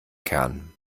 kern